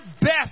best